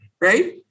Right